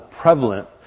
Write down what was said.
prevalent